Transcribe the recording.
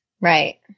Right